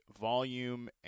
volume